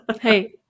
Hey